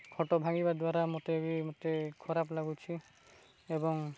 ଖଟ ଭାଙ୍ଗିବା ଦ୍ୱାରା ମୋତେ ବି ମୋତେ ଖରାପ ଲାଗୁଛି ଏବଂ